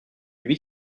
lui